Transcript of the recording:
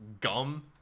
gum